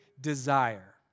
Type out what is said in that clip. desire